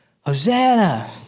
Hosanna